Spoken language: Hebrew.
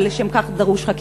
ולשם כך דרושה חקירה.